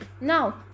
Now